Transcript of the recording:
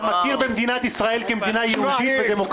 אתה מכיר במדינת ישראל כמדינה יהודית ודמוקרטית?